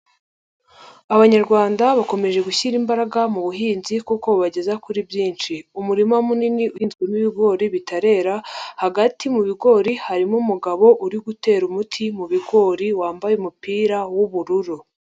Abanyarwanda bakomeje gushyira imbaraga mu buhinzi kuko bageza kuri byinshi. Umurima munini ushinzwemo ibigori bitarera hagati mu bigori harimo umugabo uri gutera umuti mu bigori wambaye umupira w'ubururu.